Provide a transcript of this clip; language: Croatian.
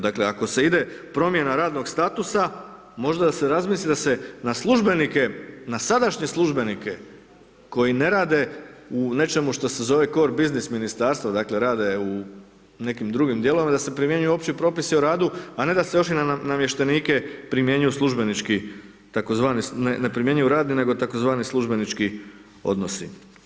Dakle, ako se ide promjena radnog statusa, možda da se razmisli da se na službenike, na sadašnje službenike koji ne rade u nečemu što se zove kor biznis Ministarstvo, dakle, rade u nekim drugim dijelovima, da se primjenjuju Opći propisi o radu, a ne da se još i na namještenike primjenjuju službenički tzv. ne primjenjuju radni, nego tzv. službenički odnosi.